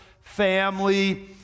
family